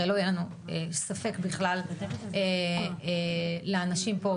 הרי לא יהיה לנו ספק בכלל לאנשים פה,